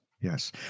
yes